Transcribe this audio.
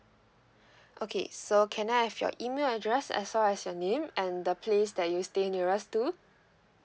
okay so can I have your email address as well as your name and the place that you stay nearest to